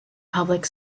public